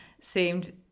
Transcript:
seemed